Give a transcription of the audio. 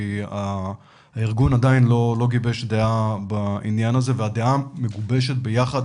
כי הארגון עדיין לא גיבש דעה בעניין הזה והדעה מגובשת ביחד